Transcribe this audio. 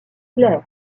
clair